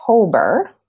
October